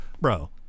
bro